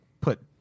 put